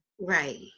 right